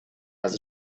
has